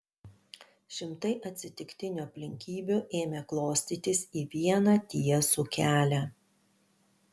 šimtai atsitiktinių aplinkybių ėmė klostytis į vieną tiesų kelią